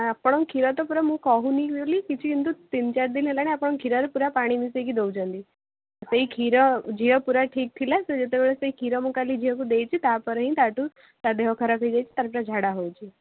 ଆପଣଙ୍କ କ୍ଷୀର ତ ପୁରା ମୁଁ କହୁନି ବୋଲି କିଛି ତିନି ଚାରି ଦିନ ହେଲାଣି ଆପଣ କ୍ଷୀରରେ ପୁରା ପାଣି ମିଶାଇକି ଦେଉଛନ୍ତି ସେଇ କ୍ଷୀର ଝିଅ ପୁରା ଠିକ୍ ଥିଲା ସିଏ ଯେତେବେଳେ ସେ କ୍ଷୀର ମୁଁ କାଲି ଝିଅକୁ ଦେଇଛି ତା'ପରେ ହିଁ ତାଠୁ ତା ଦେହ ଖରାପ ହୋଇଯାଇଛି ତାକୁ ପୁରା ଝାଡ଼ା ହଉଛି